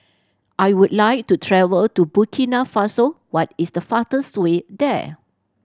I would like to travel to Burkina Faso what is the fastest way there